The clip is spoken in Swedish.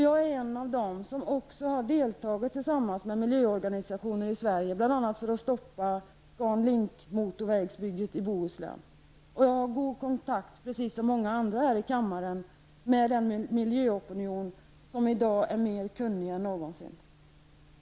Jag är en av dem som tillsammans med miljöorganisationer i Sverige har deltagit i försöken att stoppa bl.a. ScanLinkmotorvägsbygget i Bohuslän. Jag har, precis som många andra här i kammaren, god kontakt med den miljöopinion som i dag är mer kunnig än någonsin.